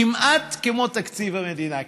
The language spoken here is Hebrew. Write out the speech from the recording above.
כמעט כמו תקציב המדינה,